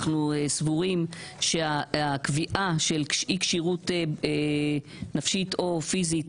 אנחנו סבורים שהקביעה של אי כשירות נפשית או פיזית